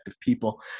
people